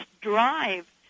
drive